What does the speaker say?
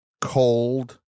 cold